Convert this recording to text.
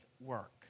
work